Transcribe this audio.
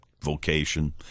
vocation